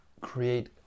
create